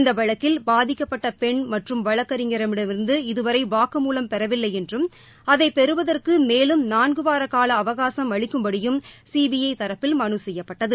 இந்த வழக்கில் பாதிக்கப்பட்ட பெண் மற்றும் வழக்கறிஞரிடமிருந்து இதுவரை வாக்குமூலம் பெறவில்லை என்றும் அதை பெறுவதற்கு மேலும் நான்குவார காலம் அவகாசம் அளிக்குப்படியும் சிபிஐ தரப்பில் மனு செய்யப்பட்டது